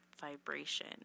vibration